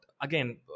again